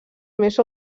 més